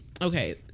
okay